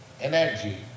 energy